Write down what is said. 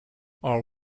are